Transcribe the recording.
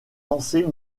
censées